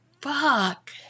Fuck